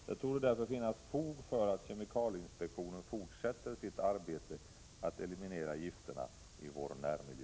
Det torde därför finnas fog för att kemikalieinspektionen fortsätter sitt arbete med att eliminera gifterna i vår närmiljö.